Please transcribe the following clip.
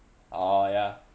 oh ya